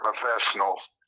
professionals